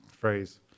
phrase